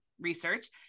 research